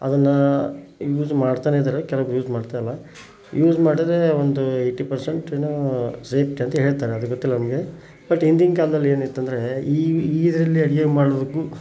ಅದನ್ನು ಯೂಸ್ ಮಾಡ್ತಲೇ ಇದ್ದಾರೆ ಕೆಲವೊಬ್ಬರು ಯೂಸ್ ಮಾಡ್ತಾಯಿಲ್ಲ ಯೂಸ್ ಮಾಡಿದರೆ ಒಂದು ಏಯ್ಟಿ ಪರ್ಸೆಂಟ್ ಏನೋ ಸೇಫ್ಟಿ ಅಂತ ಹೇಳ್ತಾರೆ ಅದು ಗೊತ್ತಿಲ್ಲ ನಮಗೆ ಬಟ್ ಹಿಂದಿನ ಕಾಲ್ದಲ್ಲಿ ಏನಿತ್ತೆಂದರೆ ಈ ಈ ಇದರಲ್ಲಿ ಅಡುಗೆ ಮಾಡಬೇಕು